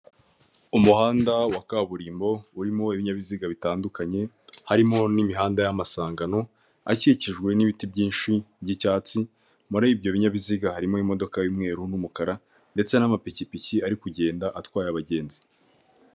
Umuhanda wa kaburimbo, urimo ibinyabiziga bitandukanye, harimo n'imihanda y'amasangano, akikijwe n'ibiti byinshi by'icyatsi, muri ibyo binyabiziga harimo imodoka y'umweru n'umukara, ndetse n'amapikipiki ari kugenda atwaye abagenzi.